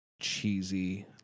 cheesy